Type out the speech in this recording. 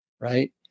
right